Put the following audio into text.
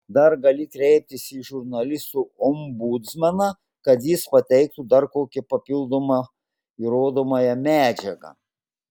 dar gali kreiptis į žurnalistų ombudsmeną kad jis pateiktų dar kokią papildomą įrodomąją medžiagą